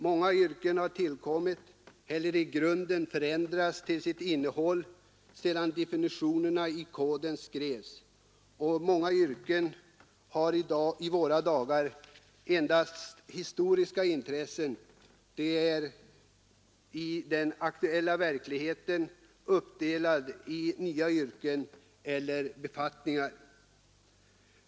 Många yrken har tillkommit eller i grunden förändrats till sitt innehåll sedan definitionerna i koden skrevs, och många andra yrken har i våra dagar endast historiskt intresse. De är i den aktuella verkligheten uppdelade i nya yrken eller befattningar.